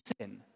sin